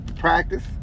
practice